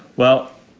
well,